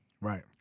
Right